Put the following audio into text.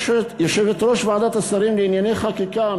יושבת-ראש ועדת השרים לענייני חקיקה,